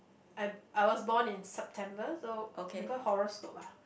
I'm I was born in September so because horoscope ah